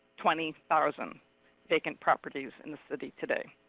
twenty thousand vacant properties in the city today.